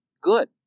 good